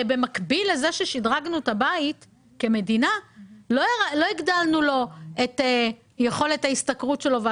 במקביל לזה ששדרגנו את הבית לא הגדלנו את יכולת ההשתכרות שלו.